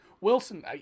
Wilson